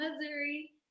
Missouri